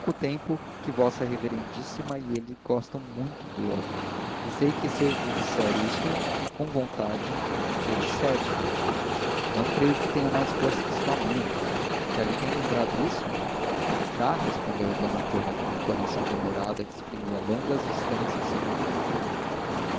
tempo que vossa reverendíssima e ele gostam muito um do outro e sei que se lhe disser isso com vontade ele cede não creio que tenha mais força que sua mãe já lhe tem lembrado isso já respondeu d antônia com uma entonação demorada que exprimia longas instâncias sem efeito